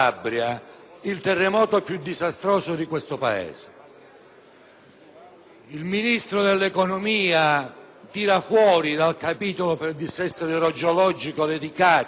Il Ministro dell'economia tira fuori dal capitolo relativo al dissesto idrogeologico della Sicilia e della Calabria 151 milioni di euro,